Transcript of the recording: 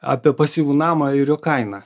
apie pasyvų namą ir jo kainą